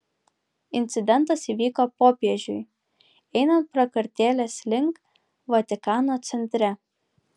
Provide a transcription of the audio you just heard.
incidentas įvyko popiežiui einant prakartėlės link vatikano centre